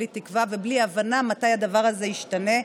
בלי תקווה ובלי הבנה מתי הדבר הזה ישתנה.